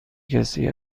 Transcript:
کسی